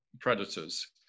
predators